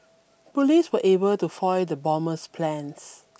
police were able to foil the bomber's plans